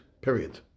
Period